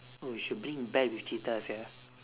we should bring bat with cheetah sia